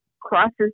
crosses